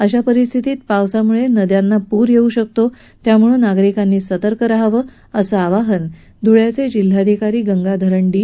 अशा परिस्थितीतीत पावसामुळे नदींना पूर येऊ शकतो त्यामुळे नागरिकांनी सतर्क रहावं असं आवाहन धूळ्याचे जिल्हाधिकारी गंगाधरण डी